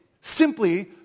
simply